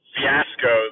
Fiasco